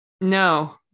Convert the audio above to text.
no